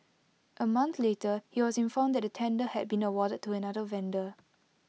A month later he was informed that the tender had been awarded to another vendor